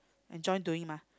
enjoy doing mah